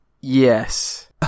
Yes